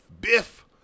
Biff